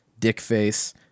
Dickface